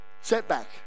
Setback